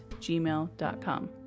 gmail.com